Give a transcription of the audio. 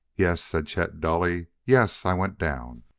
yes, said chet dully yes, i went down.